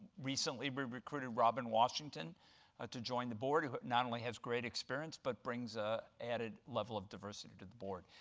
recently we recruited robin washington ah to join the board who who not only has great experience but brings an ah added level of diversity to the board.